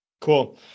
Cool